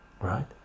right